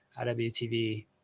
iwtv